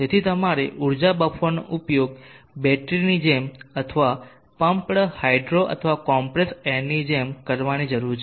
તેથી તમારે ઊર્જા બફરનો ઉપયોગ બેટરીની જેમ અથવા પમ્પ્ડ હાઇડ્રો અથવા કોમ્પ્રેસ્ડ એરની જેમ કરવાની જરૂર છે